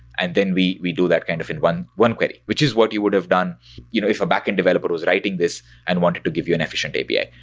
and then we we do that kind of in one one query, which is what you would have done you know if a backend developer was writing this and wanted to give you an efficient api.